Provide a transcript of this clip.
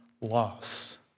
loss